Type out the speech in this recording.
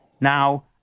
Now